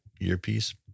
earpiece